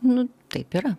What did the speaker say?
nu taip yra